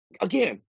again